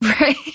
Right